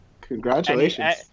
Congratulations